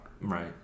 Right